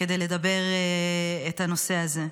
כדי לדבר את הנושא הזה.